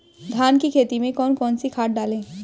धान की खेती में कौन कौन सी खाद डालें?